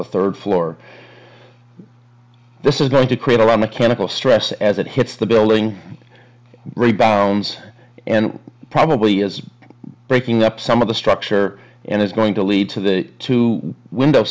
the third floor this is going to create a lot mechanical stress as it hits the building rebounds and probably is breaking up some of the structure and is going to lead to the two window